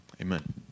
Amen